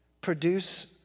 produce